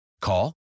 Call